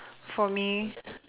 for me